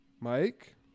Mike